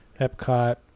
epcot